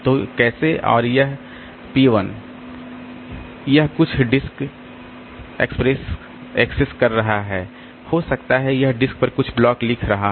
तो कैसे और यह P1 यह कुछ डिस्क एक्सेस कर रहा है हो सकता है कि यह डिस्क पर कुछ ब्लॉक लिख रहा हो